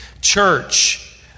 church